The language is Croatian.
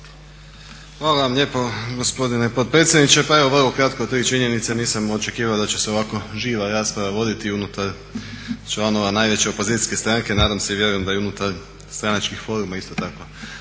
Hvala vam lijepo gospodine potpredsjedniče. Pa evo vrlo kratko, tri činjenice. Nisam očekivao da će se ovako živa rasprava voditi unutar članova najveće opozicijske stranke, nadam se i vjerujem da i unutar stranačkih foruma isto tako